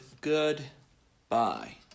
goodbye